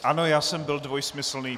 Ano, já jsem byl dvojsmyslný.